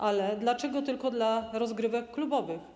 Ale dlaczego tylko rozgrywek klubowych?